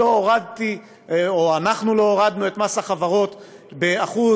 אנחנו לא הורדנו את מס החברות ב-1%,